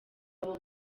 abo